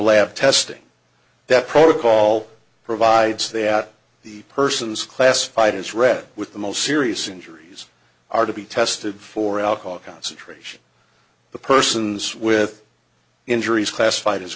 lab testing that protocol provides that the person's classified as red with the most serious injuries are to be tested for alcohol concentration the persons with injuries classified as